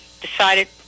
decided